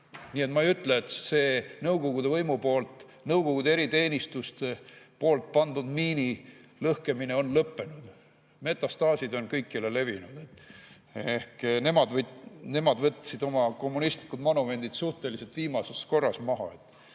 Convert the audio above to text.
tükid. Ma ei ütle, et see Nõukogude võimu ja Nõukogude eriteenistuste pandud miini lõhkemine on lõppenud. Metastaasid on kõikjale levinud. Nemad võtsid oma kommunistlikud monumendid suhteliselt viimases korras maha.